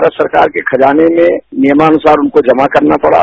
भारत सरकार के खजाने में नियमानुसार उनको जमा करना पड़ा